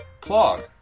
clog